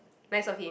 nice of him